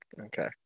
okay